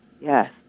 yes